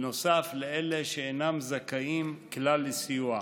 נוסף לאלה שאינם זכאים כלל לסיוע.